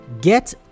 get